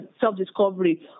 self-discovery